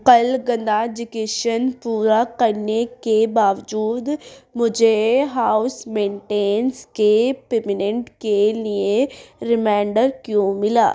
کل گناجکیشن پورا کرنے کے باوجود مجھے ہاؤس مینٹینس کے پیمیننٹ کے لیے ریمائنڈر کیوں ملا